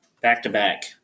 back-to-back